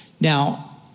Now